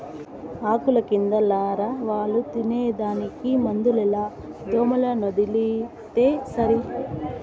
ఆకుల కింద లారవాలు తినేదానికి మందులేల దోమలనొదిలితే సరి